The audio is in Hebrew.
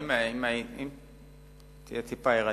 אם תהיה טיפה ערני,